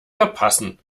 verpassen